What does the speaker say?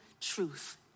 truth